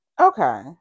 Okay